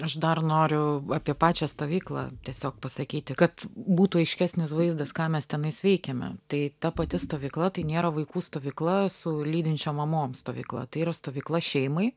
aš dar noriu apie pačią stovyklą tiesiog pasakyti kad būtų aiškesnis vaizdas ką mes tenais veikiame tai ta pati stovykla tai nėra vaikų stovykla su lydinčiom mamoms stovykla tai yra stovykla šeimai